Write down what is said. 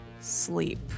sleep